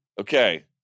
Okay